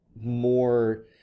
more